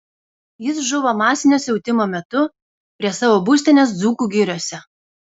jis žuvo masinio siautimo metu prie savo būstinės dzūkų giriose